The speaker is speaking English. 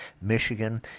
Michigan